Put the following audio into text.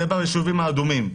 זה בישובים האדומים.